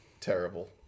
Terrible